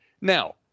now